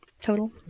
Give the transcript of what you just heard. total